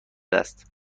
است